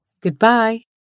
goodbye